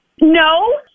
No